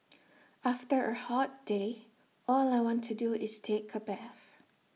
after A hot day all I want to do is take A bath